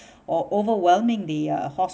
or overwhelming the uh